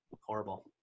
horrible